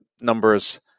numbers